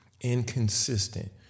inconsistent